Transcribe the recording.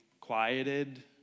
quieted